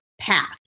path